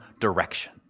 direction